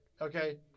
okay